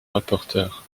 rapporteur